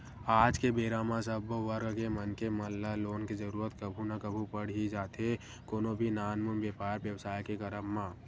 आज के बेरा म सब्बो वर्ग के मनखे मन ल लोन के जरुरत कभू ना कभू पड़ ही जाथे कोनो भी नानमुन बेपार बेवसाय के करब म